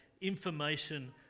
information